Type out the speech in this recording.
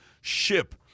ship